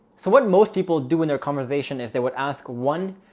so what most people do in their conversation is they would ask one,